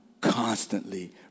constantly